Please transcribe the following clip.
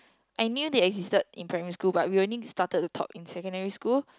I knew they existed in primary school but we only started to talk in secondary school